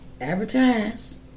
Advertise